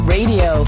Radio